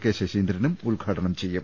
K ശശീ ന്ദ്രനും ഉദ്ഘാടനം ചെയ്യും